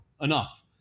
enough